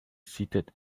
seated